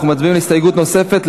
אנחנו מצביעים על הסתייגות נוספת,